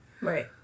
Right